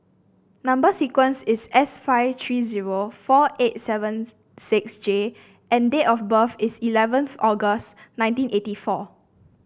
number sequence is S five three zero four eight seven six J and date of birth is eleventh August nineteen eighty four